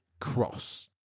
cross